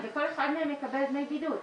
וכל אחד מהם יקבל דמי בידוד.